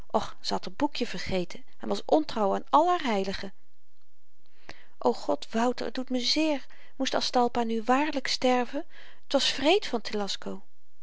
ze had r boekje vergeten en was ontrouw aan al haar heiligen o god wouter t doet me zeer moest aztalpa nu waarlyk sterven t was wreed van